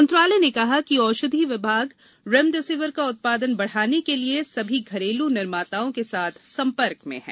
मंत्रालय ने कहा कि औषधि विभाग रेमडेसिविर का उत्पादन बढाने के लिये सभी घरेलू निर्माताओं के साथ संपर्क में है